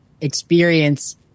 experience